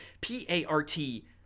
P-A-R-T